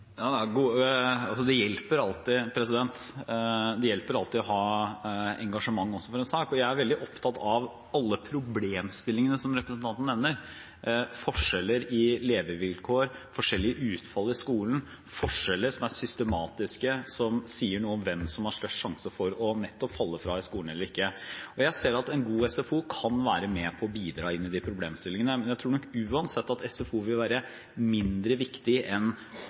ha engasjement for en sak. Jeg er veldig opptatt av alle problemstillingene som representanten nevner, forskjeller i levevilkår, forskjellige utfall i skolen, forskjeller som er systematiske, som sier noe om nettopp hvem som har størst risiko for å falle fra i skolen – eller ikke. Jeg ser at en god SFO kan være med på å bidra inn i de problemstillingene. Men jeg tror nok uansett at SFO vil være mindre viktig enn